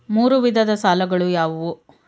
ಮೂರು ವಿಧದ ಸಾಲಗಳು ಯಾವುವು?